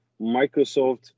Microsoft